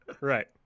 right